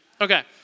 Okay